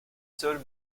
seuls